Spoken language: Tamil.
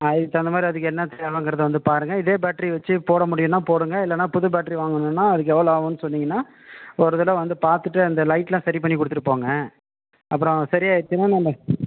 அதுக்கு தகுந்த மாதிரி அதுக்கு என்ன தேவைங்குறதை வந்து பாருங்கள் இதே பேட்டரி வச்சு போட முடியுன்னால் போடுங்கள் இல்லைன்னா புது பேட்டரி வாங்கணுன்னால் அதுக்கு எவ்வளோ ஆகுன்னு சொன்னிங்கன்னால் ஒரு தடவை வந்து பார்த்துட்டு அந்த லைட்டெலாம் சரி பண்ணி கொடுத்துட்டு போங்க அப்புறம் சரி ஆகிடுச்சுன்னா நான்